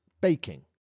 baking